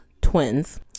twins